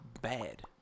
bad